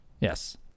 Yes